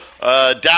down